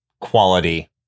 quality